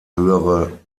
höhere